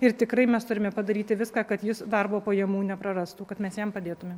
ir tikrai mes turime padaryti viską kad jis darbo pajamų neprarastų kad mes jam padėtume